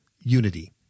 unity